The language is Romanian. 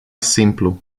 simplu